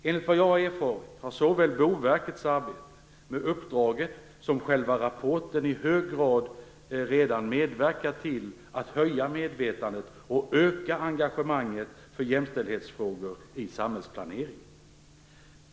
Enligt vad jag har erfarit har såväl Boverkets arbete med uppdraget som själva rapporten i hög grad redan medverkat till att höja medvetandet och att öka engagemanget för jämställdhetsfrågor i samhällsplaneringen.